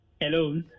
hello